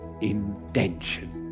intention